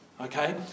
okay